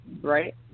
right